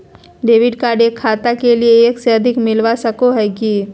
Debit card एक खाता के लिए एक से अधिक मिलता सको है की?